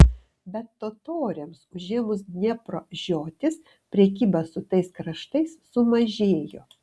bet totoriams užėmus dniepro žiotis prekyba su tais kraštais sumažėjo